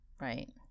right